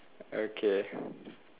okay